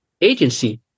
agency